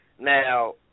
Now